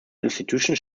institutions